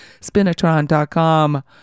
Spinatron.com